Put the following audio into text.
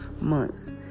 months